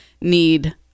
need